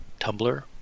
Tumblr